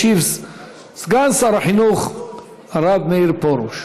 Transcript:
ישיב סגן שר החינוך הרב מאיר פרוש.